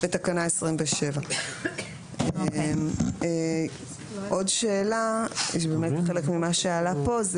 נגיע לתקנה 27. עוד שאלה שהיא חלק ממה שעלה כאן.